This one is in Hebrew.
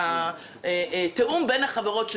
התיאום בין החברות,